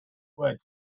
word